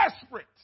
desperate